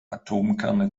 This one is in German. atomkerne